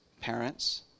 Parents